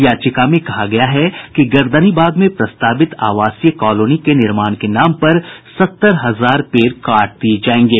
याचिका में कहा गया है कि गर्दनीबाग में प्रस्तावित आवासीय कॉलोनी के निर्माण के नाम पर सत्तर हजार पेड़ काट दिये जाएंगे